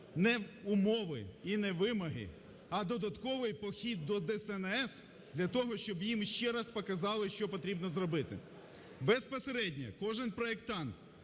не умови і не вимоги, а додатковий похід до ДСНС для того, щоб їм ще раз показали що потрібно зробити. Безпосередньо кожен проектант